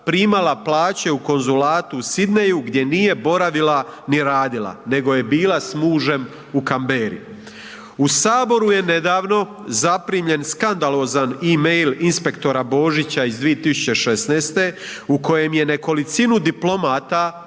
primala plaće u konzulatu u Sidneyju gdje nije boravila ni radila nego je bila s mužem u Canberri. U Saboru je nedavno zaprimljen skandalozan e-mail inspektora Božića iz 2016. u kojem je nekolicinu diplomata